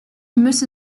müsse